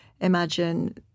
imagine